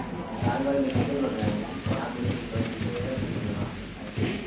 ହଁ ଚାଷ୍ ବାଡ଼ିରେ କେତେ ଖଟ୍ବେ ଆଜ୍ଞା ପଢ଼ାପୁଢ଼ି ଟିକେ କରିଥିଲେ ବେଲେ ଠିକ୍ ହେବା ଆଗ୍କେ ବି